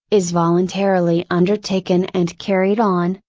is voluntarily undertaken and carried on,